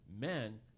men